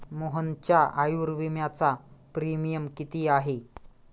मोहनच्या आयुर्विम्याचा प्रीमियम किती आहे?